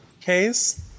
case